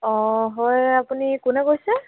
অ হয় আপুনি কোনে কৈছে